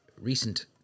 recent